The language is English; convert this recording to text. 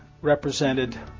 Represented